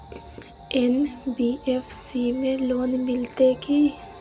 NBFC में loan मिलते की?